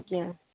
ଆଜ୍ଞା